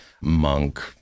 monk